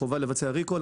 מזכיר שחובה לבצע ריקול.